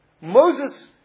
Moses